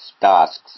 tasks